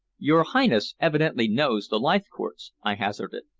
your highness evidently knows the leithcourts, i hazarded,